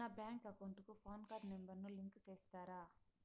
నా bank account కు PAN card number ను లింకు సేస్తారా?